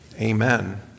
Amen